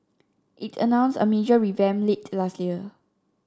it announced a major revamp late last year